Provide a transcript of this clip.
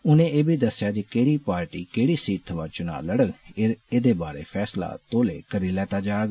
उनें एह बी दस्सेआ जे केह्डी पार्टी केह्डी सीट थमां चुना लड़ग एह नारे फैंसला तौले करी लैता जाग